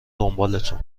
دنبالتون